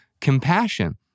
compassion